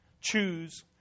choose